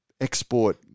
export